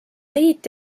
liit